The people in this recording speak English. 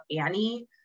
Annie